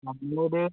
നമ്മളൊരു